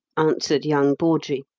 answered young bawdrey,